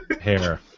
hair